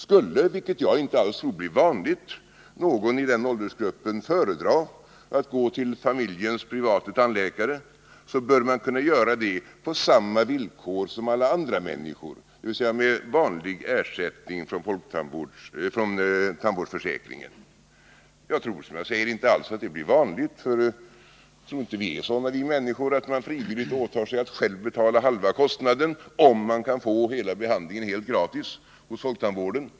Skulle — vilket jag inte alls tror blir vanligt — några i den åldersgruppen föredra att gå till familjens privata tandläkare, bör de kunna göra det på samma villkor som alla andra människor, dvs. med vanlig ersättning från tandvårdsförsäkringen. Jag tror som sagt inte alls att det blir vanligt — jag tror inte vi människor är sådana att vi frivilligt åtar oss att själva betala halva kostnaden om vi kan få hela behandlingen helt gratis hos folktandvården.